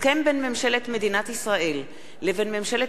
הסכם בין ממשלת מדינת ישראל לבין ממשלת